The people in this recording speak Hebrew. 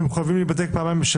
אנחנו פועלים למען האזרחים.